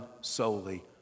solely